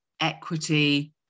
equity